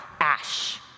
ash